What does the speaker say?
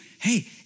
Hey